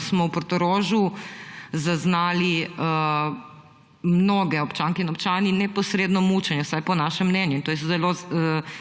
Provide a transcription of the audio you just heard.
smo v Portorožu zaznali mnogi občanke in občani neposredno mučenje, vsaj po našem mnenju, in to je zelo